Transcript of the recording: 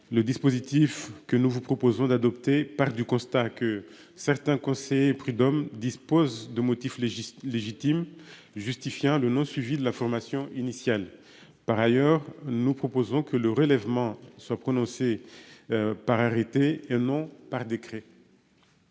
Le dispositif que nous vous proposons d'adopter partent du constat que certains conseillers prud'hommes dispose de motif légitime légitime justifiant le nom suivi de la formation initiale. Par ailleurs, nous proposons que le relèvement soit prononcée. Par arrêté et non par décret.